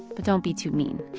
but don't be too mean